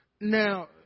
Now